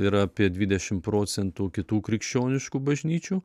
yra apie dvidešim procentų kitų krikščioniškų bažnyčių